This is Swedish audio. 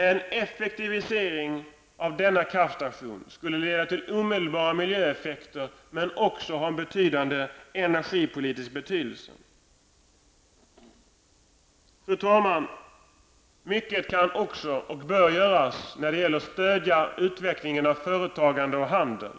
En effektivisering av dessa kraftstationer skulle leda till omedelbara miljöeffekter men också ha en mycket stor energipolitisk betydelse. Fru talman! Mycket kan och bör göras när det gäller att stödja utvecklingen av företagande och handel.